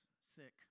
sick